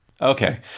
Okay